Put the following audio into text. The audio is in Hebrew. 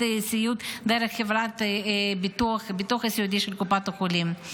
סיעוד דרך חברת הביטוח הסיעודי של קופת החולים.